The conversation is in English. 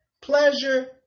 pleasure